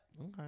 Okay